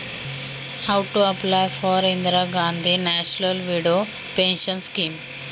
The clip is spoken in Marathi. इंदिरा गांधी राष्ट्रीय विधवा निवृत्तीवेतन योजनेसाठी अर्ज कसा करायचा?